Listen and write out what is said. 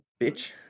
Bitch